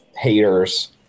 haters